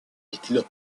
estilos